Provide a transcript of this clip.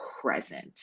present